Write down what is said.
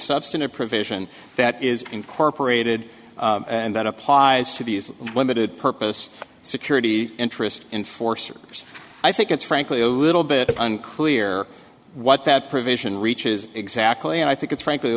substantive provision that is incorporated and that applies to these limited purpose security interest in forcers i think it's frankly a little bit unclear what that provision reaches exactly and i think it's frankly a